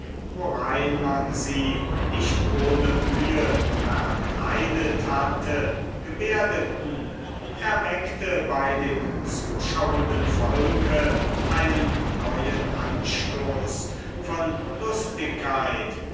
worein man sie nicht ohne mühe verkleidet hatte gebärdeten erweckte bei dem zuschauenden volke einen neuen anstoß von lustigkeit